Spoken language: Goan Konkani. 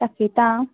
दाखयता आं